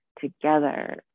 together